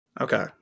Okay